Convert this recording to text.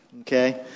okay